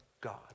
God